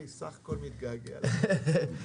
סך הכול אני מתגעגע לוועדות.